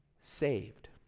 saved